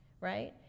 right